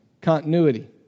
continuity